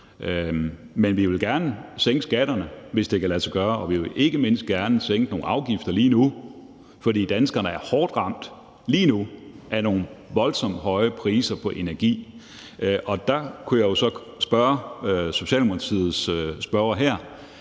Men vi vil gerne sænke skatterne, hvis det kan lade sig gøre, og vi vil ikke mindst gerne sænke nogle afgifter lige nu, fordi danskerne er hårdt ramt –lige nu – af nogle voldsomt høje priser på energi. Der kunne jeg jo så spørge Socialdemokratiets spørger: